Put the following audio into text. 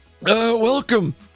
welcome